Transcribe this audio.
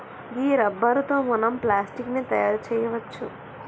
గీ rubber తో మనం plastic ని తయారు చేయవచ్చు